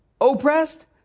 Oppressed